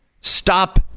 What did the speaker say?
stop